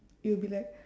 it would be like